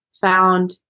found